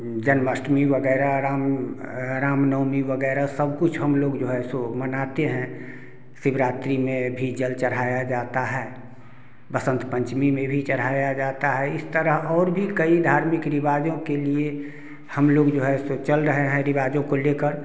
जन्माष्टमी वग़ैरह रामनवमी वग़ैरह सब कुछ हम लोग जो है सो मनाते हैं शिवरात्रि में भी जल चढ़ाया जाता है बसंत पंचमी में भी चढ़ाया जाता है इस तरह और भी कई धार्मिक रिवाजों के लिए हम लोग जो है फिर चल रहे हैं रिवाजों को लेकर